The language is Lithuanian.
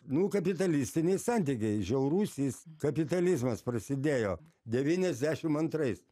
nu kapitalistiniai santykiai žiaurusis kapitalizmas prasidėjo devyniasdešim antrais